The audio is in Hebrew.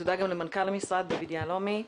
תודה גם למנכ"ל המשרד דוד יהלומי.